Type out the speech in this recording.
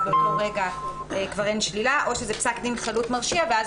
כבר אין שלילה או שזה פסק דין חלוט מרשיע ואז